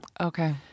Okay